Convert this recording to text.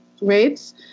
rates